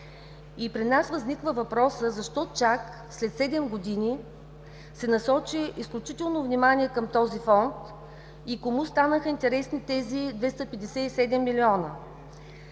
При нас възниква въпросът: защо чак след седем години се насочи изключително внимание към този Фонд и кому станаха интересни тези 257 милиона?